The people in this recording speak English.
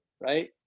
Right